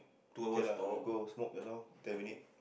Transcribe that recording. okay lah we go smoke just now ten minute